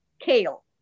Kale